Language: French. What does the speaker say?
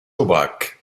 aubrac